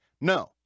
no